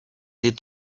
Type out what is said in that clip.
did